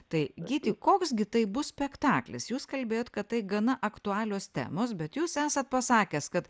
tai gyti koks gi tai bus spektaklis jūs kalbėjot kad tai gana aktualios temos bet jūs esat pasakęs kad